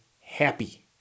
happy